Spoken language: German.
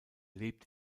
lebt